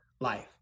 life